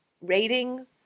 rating